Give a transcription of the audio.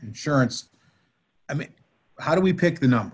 surance i mean how do we pick the